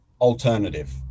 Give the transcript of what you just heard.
alternative